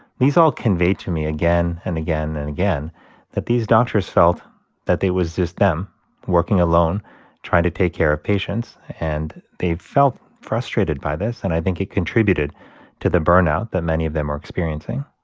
these all conveyed to me again and again and again that these doctors felt that it was just them working alone trying to take care of patients. and they felt frustrated by this. and i think it contributed to the burnout that many of them are experiencing